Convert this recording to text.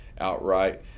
outright